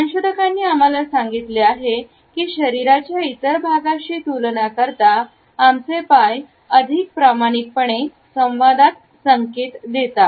संशोधकांनी आम्हाला सांगितले आहे की शरीराच्या इतर भागाशी तुलना करता आमचे पाय अधिक प्रामाणिकपणे संवादात संकेत देतात